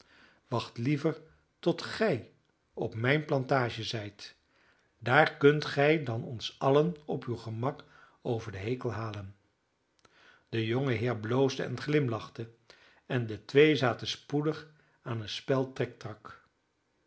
wacht liever tot gij op mijn plantage zijt daar kunt gij dan ons allen op uw gemak over den hekel halen de jongeheer bloosde en glimlachte en de twee zaten spoedig aan een spel